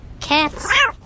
cats